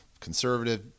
conservative